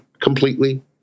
completely